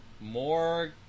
more